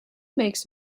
makes